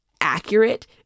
accurate